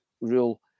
rule